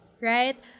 right